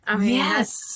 Yes